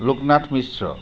Loknath Mishra